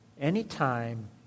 anytime